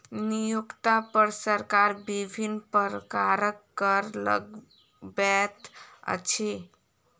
नियोक्ता पर सरकार विभिन्न प्रकारक कर लगबैत अछि